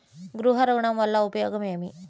గృహ ఋణం వల్ల ఉపయోగం ఏమి?